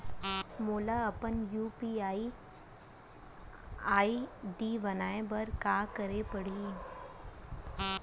मोला अपन UPI ID बनाए बर का करे पड़ही?